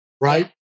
Right